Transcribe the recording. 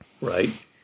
right